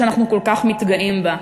ואנחנו כל כך מתגאים בהם,